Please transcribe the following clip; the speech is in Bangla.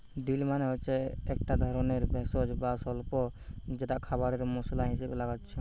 ডিল মানে হচ্ছে একটা ধরণের ভেষজ বা স্বল্প যেটা খাবারে মসলা হিসাবে লাগছে